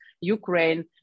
Ukraine